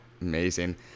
Amazing